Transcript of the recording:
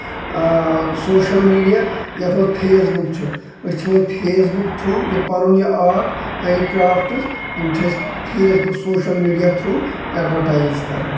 social media یَتھ منٛز Facebook چھُ أسۍ چھِ وۄنۍ فیس بُک تھروٗ یہِ پَنُن یہِ آرٹ یہِ کرافٹٔس یِم چھِ أسۍ Facebook social media through advertise کران